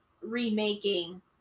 remaking